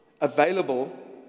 available